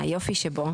היופי שבו,